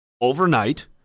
overnight